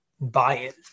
buy-in